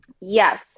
Yes